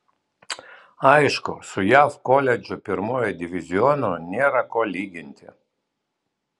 aišku su jav koledžų pirmuoju divizionu nėra ko lyginti